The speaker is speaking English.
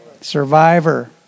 Survivor